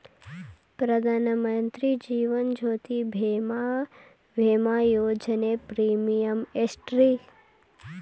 ಪ್ರಧಾನ ಮಂತ್ರಿ ಜೇವನ ಜ್ಯೋತಿ ಭೇಮಾ, ವಿಮಾ ಯೋಜನೆ ಪ್ರೇಮಿಯಂ ಎಷ್ಟ್ರಿ?